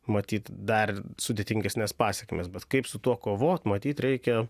matyt dar sudėtingesnes pasekmes bet kaip su tuo kovot matyt reikia